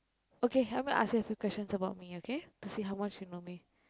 okay help me ask you a few questions about me okay to see how much you know me